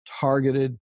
targeted